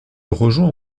rejoint